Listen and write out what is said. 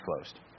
closed